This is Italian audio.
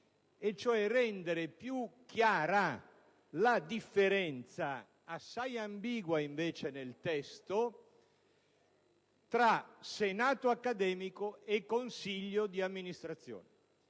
rendere più chiara la differenza, assai ambigua invece nel testo, tra senato accademico e consiglio di amministrazione.